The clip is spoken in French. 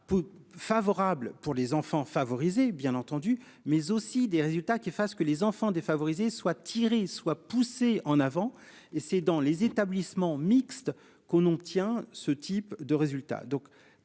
des résultats. Favorables pour les enfants favoriser bien entendu mais aussi des résultats qui fasse que les enfants défavorisés soit. Soit poussé en avant et c'est dans les établissements mixtes qu'on obtient ce type de résultats